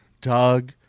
Doug